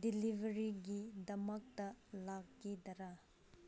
ꯗꯤꯂꯤꯕꯔꯤꯒꯤꯗꯃꯛꯇ ꯂꯩꯒꯗ꯭ꯔꯥ